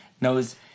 knows